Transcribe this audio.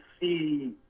see